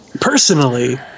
personally